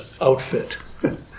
outfit